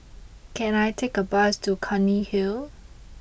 can I take a bus to Clunny Hill